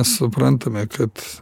suprantame kad